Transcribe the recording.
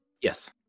Yes